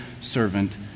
servant